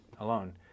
alone